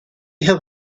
have